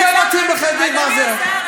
זה מתאים לחרדים, מה זה.